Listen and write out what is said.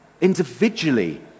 Individually